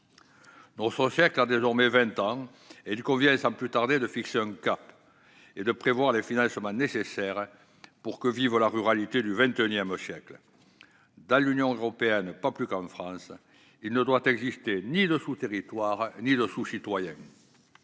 Notre siècle a désormais 20 ans, et il convient, sans plus tarder, de fixer un cap et de prévoir les financements nécessaires pour que vive la ruralité du XXI siècle. Dans l'Union européenne, pas plus qu'en France, il ne peut exister ni sous-territoire ni sous-citoyen.